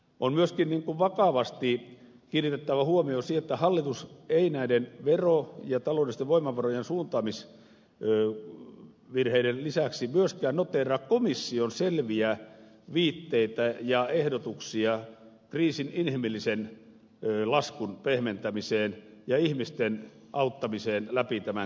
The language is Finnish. on myöskin vakavasti kiinnitettävä huomiota siihen että hallitus ei näiden vero ja taloudellisten voimavarojen suuntaamisvirheiden lisäksi myöskään noteeraa komission selviä viitteitä ja ehdotuksia kriisin inhimillisen laskun pehmentämiseen ja ihmisten auttamiseen läpi tämän kriisin